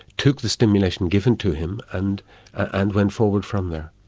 took the stimulation given to him and and went forward from there.